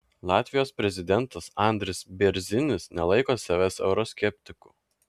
latvijos prezidentas andris bėrzinis nelaiko savęs euroskeptiku